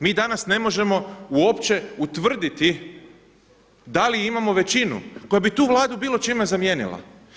Mi danas ne možemo uopće utvrditi da li imamo većinu koja bi tu Vladu bilo čime zamijenila.